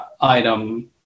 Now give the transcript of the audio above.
item